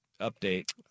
update